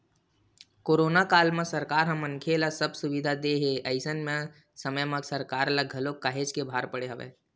corona काल म सरकार ह मनखे ल सब सुबिधा देय हे अइसन समे म सरकार ल घलो काहेच के भार पड़े हवय